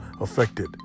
affected